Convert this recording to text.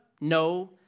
no